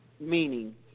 Meaning